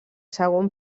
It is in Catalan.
segon